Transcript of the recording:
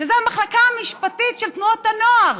שזו המחלקה המשפטית של תנועות הנוער